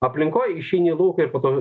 aplinkoje išeini į lauką ir po to